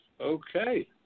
Okay